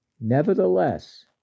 Nevertheless